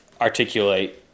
articulate